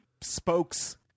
spokes